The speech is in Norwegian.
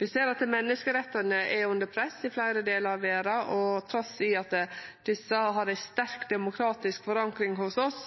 Vi ser at menneskerettane er under press i fleire delar av verda, og trass i at desse har ei sterk demokratisk forankring hos oss,